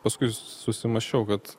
paskui susimąsčiau kad